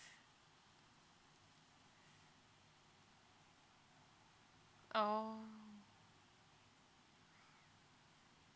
oh